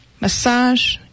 massage